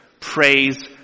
Praise